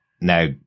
now